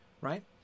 right